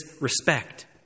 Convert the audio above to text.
respect